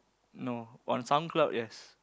no on SoundCloud yes